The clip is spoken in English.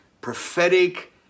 prophetic